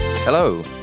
Hello